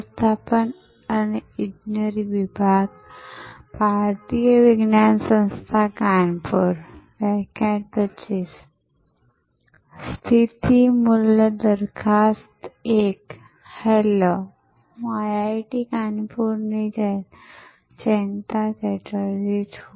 સ્થિતિ મૂલ્ય દરખાસ્ત 1 હેલો હું IIT કાનપુરનથી જયંતા ચેટર્જી છુ